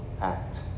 act